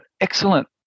excellent